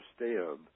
understand